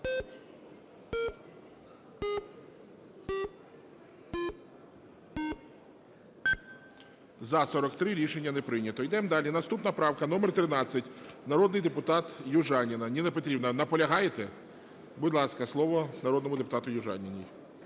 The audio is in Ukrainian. За-43 Рішення не прийнято. Йдемо далі. Наступна правка номер 13, народний депутат Южаніна. Ніно Петрівно, наполягаєте? Будь ласка, слово народному депутату Южаніній.